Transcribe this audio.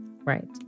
Right